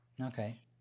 Okay